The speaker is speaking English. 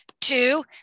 two